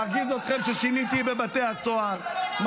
מרגיז אתכם ששיניתי בבתי הסוהר.